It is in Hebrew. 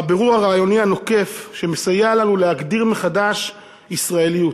והבירור הרעיוני הנוקב שמסייע לנו להגדיר מחדש ישראליות.